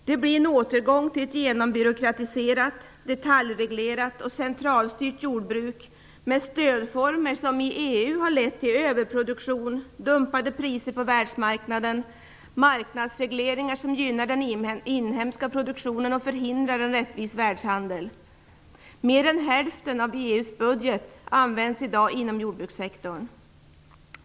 Det blir en återgång till ett genombyråkratiserat, detaljreglerat och centralstyrt jordbruk med stödformer som i EU har lett till överproduktion, dumpade priser på världsmarknaden, marknadsregleringar som gynnar den inhemska produktionen och förhindrar en rättvis världshandel. Mer än hälften av EU:s budget används i dag inom jordbrukssektorn.